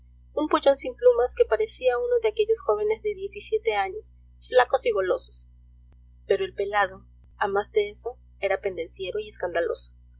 un pollón sin plumas que parecía uno de aquellos jóvenes de diez y siete años flacos y golosos pero el pelado a más de eso era pendenciero y escandaloso